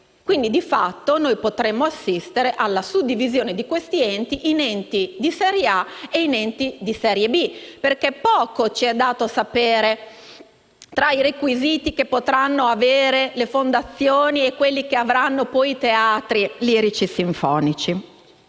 Quindi, di fatto, potremo assistere alla suddivisione di queste istituzioni in enti di serie A e di serie B, perché poco ci è dato sapere dei requisiti che potranno avere le fondazioni e quelli che avranno, poi, i teatri lirici e sinfonici.